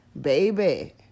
baby